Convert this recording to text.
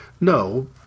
No